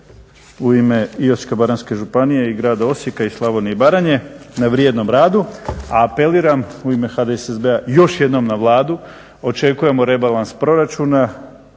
u ime Osječko-baranjske županije i grada Osijeka i Slavonije i Baranje na vrijednom radu. Apeliram u ime HDSSB-a još jednom na Vladu, očekujem rebalans proračuna